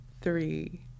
three